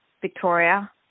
Victoria